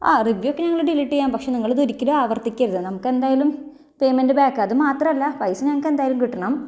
ആ റിവ്യൂ ഒക്കെ ഞങ്ങള് ഡിലീറ്റ് ചെയ്യാം പക്ഷേ നിങ്ങളിത് ഒരിക്കലും ആവർത്തിക്കരുത് നമുക്കെന്തായാലും പേയ്മെന്റ് ബാക്ക് അത് മാത്രമല്ല പൈസ ഞങ്ങൾക്കെന്തായാലും കിട്ടണം